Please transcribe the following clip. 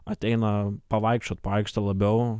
ateina pavaikščiot po aikštę labiau